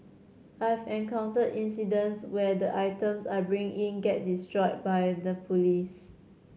I've encountered incidents where the items I bring in get destroyed by the police